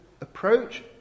approach